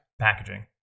Packaging